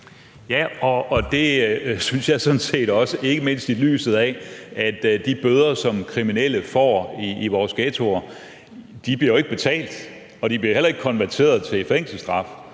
Ja, det synes jeg sådan set også, ikke mindst i lyset af at de bøder, som kriminelle får i vores ghettoer, jo ikke bliver betalt, og de bliver heller ikke konverteret til fængselsstraf.